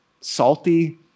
salty